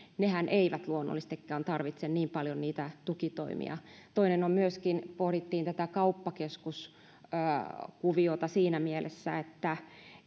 eivät luonnollisestikaan tarvitse niin paljon tukitoimia toiseksi pohdimme myöskin tätä kauppakeskuskuviota siinä mielessä että